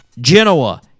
Genoa